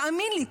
תאמין לי,